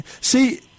see